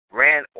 ran